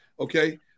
Okay